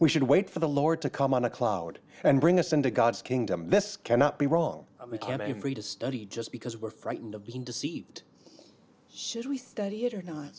we should wait for the lord to come on a cloud and bring us into god's kingdom this cannot be wrong and we can and free to study just because we're frightened of being deceived says we study it or not